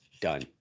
done